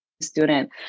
student